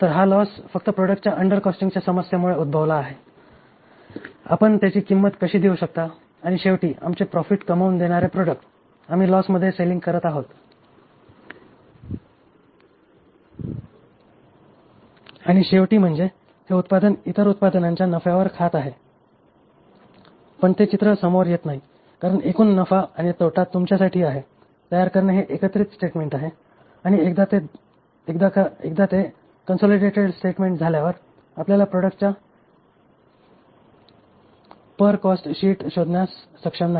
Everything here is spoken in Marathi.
तर हा लॉस फक्त प्रॉडक्ट च्या अंडर कॉस्टिंगच्या समस्येमुळे उद्भवला आहे आपण त्याची किंमत कशी देऊ शकता आणि शेवटी आमचे प्रॉफिट कमावून देणारे प्रॉडक्ट आम्ही लॉस मध्ये सेलिंग करत आहोत आणि शेवटी म्हणजे हे उत्पादन इतर उत्पादनांच्या नफ्यावर खात आहे पण ते चित्र समोर येत नाही कारण एकूण नफा आणि तोटा तुमच्यासाठी आहे तयार करणे हे एकत्रीत स्टेटमेंट आहे आणि एकदा ते कॉंसॉलिडॅटेड स्टेटमेंट झाल्यावर आपल्याला प्रॉडक्ट परीस कॉस्ट शीट शोधण्यात सक्षम नाही